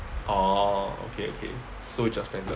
orh okay okay so judgmental